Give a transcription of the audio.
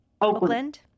Oakland